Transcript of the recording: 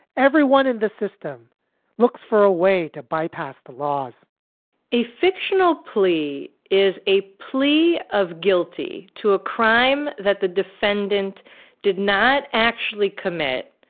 everyone in the system looks for a way to bypass the laws a fictional plea is a plea of guilty to a crime that the defendant did not actually commit.